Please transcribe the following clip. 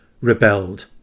rebelled